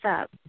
up